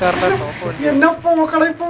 for the you know political they